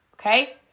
okay